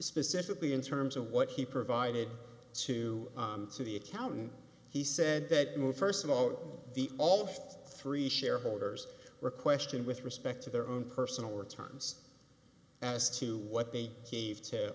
specifically in terms of what he provided to the accountant he said that move first of all the all three shareholders were question with respect to their own personal returns as to what they